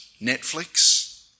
Netflix